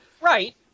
Right